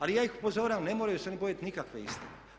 Ali ja ih upozoravam ne moraju se ni bojati nikakve istine.